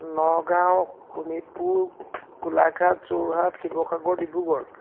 Nagaon Sonitpur Golaghat Jorhat Sivasagar Dibrugarh